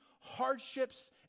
hardships